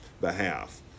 behalf